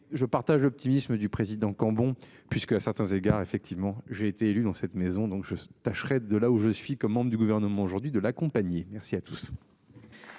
je partage l'optimisme du président Cambon puisque à certains égards, effectivement j'ai été élu dans cette maison, donc je tâcherai de là où je suis comme membre du gouvernement aujourd'hui de la compagnie. Merci à tous.